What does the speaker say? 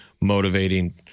motivating